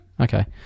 Okay